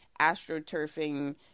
astroturfing